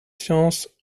sciences